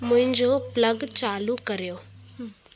मुंहिंजो प्लग चालू करियो